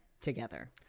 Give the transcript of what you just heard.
together